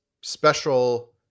special